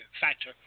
factor